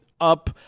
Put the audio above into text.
up